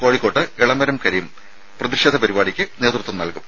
കോഴിക്കോട്ട് എളമരം കരീം പ്രതിഷേധ പരിപാടിക്ക് നേതൃത്വം നൽകും